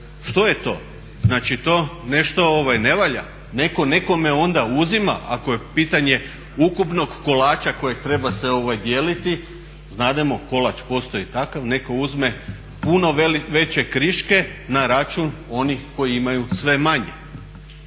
Što je to? Znači to nešto ne valja. Netko nekome onda uzima ako je pitanje ukupnog kolača kojeg treba se dijeliti. Znademo kolač postoji takav. Netko uzme puno veće kriške na račun onih koji imaju sve manje.